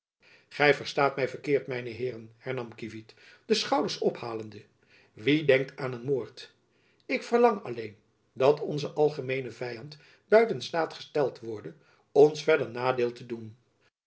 gy verstaat my verkeerd mijne heeren hernam kievit de schouders ophalende wie denkt aan een moord ik verlang alleen dat onze algemeene vyand buiten staat gesteld worde ons verder nadeel te doen